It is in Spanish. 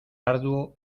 arduo